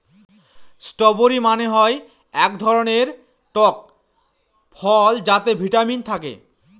strawberry মানে হয় এক ধরনের টক ফল যাতে ভিটামিন থাকে